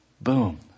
Boom